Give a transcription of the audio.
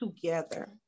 together